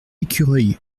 ecureuils